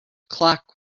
clock